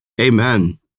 Amen